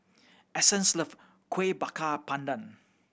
Essence love Kuih Bakar Pandan